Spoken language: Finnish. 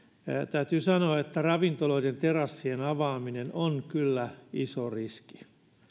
täytyy sanoa että ravintoloiden terassien avaaminen on kyllä iso riski